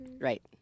Right